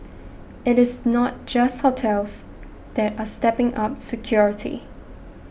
it is not just hotels that are stepping up security